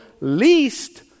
least